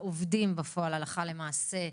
העובדים בפועל הלכה למעשה,